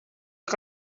que